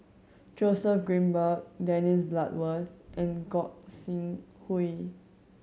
Joseph Grimberg Dennis Bloodworth and Gog Sing Hooi